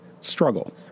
struggle